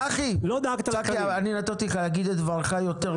צחי, אני נתתי לך להגיד את דברך יותר משתי דקות.